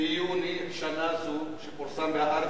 ביוני שנה זו ופורסם ב"הארץ",